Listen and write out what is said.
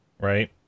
right